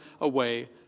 away